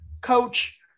coach